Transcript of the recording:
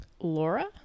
laura